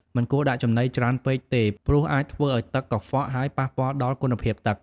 មិនគួរដាក់ចំណីច្រើនពេកទេ ព្រោះអាចធ្វើឲ្យទឹកកខ្វក់ ហើយប៉ះពាល់ដល់គុណភាពទឹក។